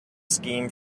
scheme